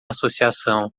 associação